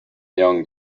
young